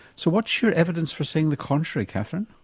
so what's your evidence for saying the contrary catherine?